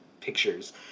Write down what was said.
pictures